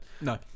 No